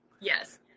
Yes